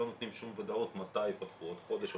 לא נותנים שום ודאות מתי יפתחו בעוד חודש,